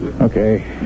Okay